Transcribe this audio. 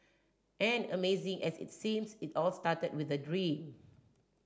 and amazing as it seems it all started with a dream